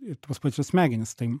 i tuos pačius smegenis tai